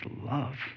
love